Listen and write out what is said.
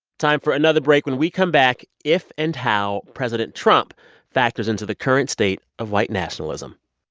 time for another break. when we come back, if and how president trump factors into the current state of white nationalism